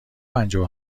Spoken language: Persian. پنجاه